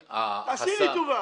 תעשי לי טובה.